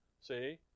See